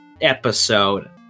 episode